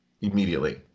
Immediately